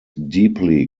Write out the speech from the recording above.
deeply